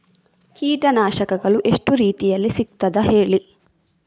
ಕೀಟನಾಶಕಗಳು ಎಷ್ಟು ರೀತಿಯಲ್ಲಿ ಸಿಗ್ತದ ಹೇಳಿ